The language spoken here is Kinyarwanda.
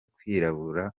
kwirabura